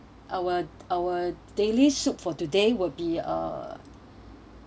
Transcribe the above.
our our daily soup for today will be uh